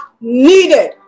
needed